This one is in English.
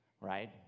right